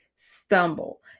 stumble